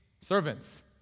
servants